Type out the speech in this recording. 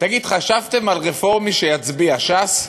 תגיד, חשבתם על רפורמי שיצביע ש"ס?